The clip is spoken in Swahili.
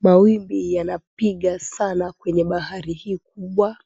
Mawimbi yanapiga sana kwenye bahari hii kubwa,